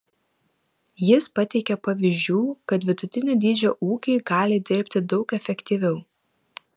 jis pateikė pavyzdžių kad vidutinio dydžio ūkiai gali dirbti daug efektyviau